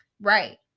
Right